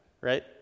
Right